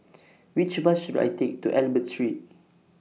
Which Bus should I Take to Albert Street